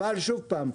אבל שוב פעם,